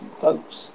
folks